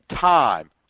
time